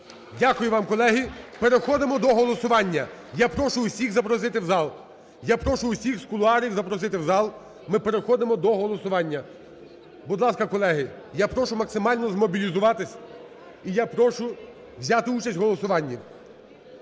Дякую вам, колеги. Переходимо до голосування. Я прошу усіх запросити в зал. Я прошу усіх з кулуарів запросити в зал, ми переходимо до голосування. Будь ласка, колеги, я прошу максимально змобілізуватися, і я прошу взяти участь в голосуванні.